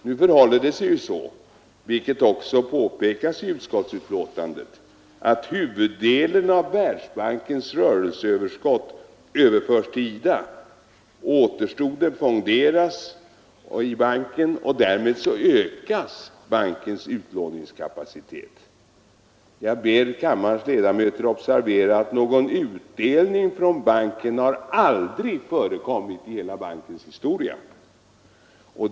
Nu förhåller det sig så, vilket också påpekas i utskottsbetänkandet, att huvuddelen av Världsbankens rörelseöverskott överförs till IDA. Återstoden fonderas i banken, och därmed ökas bankens utlåningskapacitet. Jag ber kammarens ledamöter observera att någon utdelning från banken aldrig förekommit i bankens hela historia.